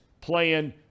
playing